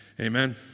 Amen